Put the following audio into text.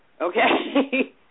okay